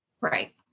Right